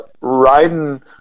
riding